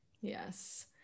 Yes